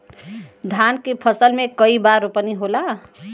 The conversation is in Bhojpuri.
धान के फसल मे कई बार रोपनी होला?